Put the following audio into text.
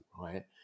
Right